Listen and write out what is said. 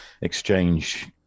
exchange